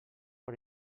per